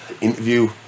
interview